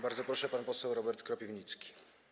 Bardzo proszę, pan poseł Robert Kropiwnicki.